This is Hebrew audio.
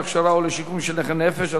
להכשרה או לשיקום של נכי נפש),